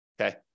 okay